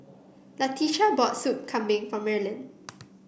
Latisha bought Soup Kambing for Merlyn